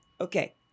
Okay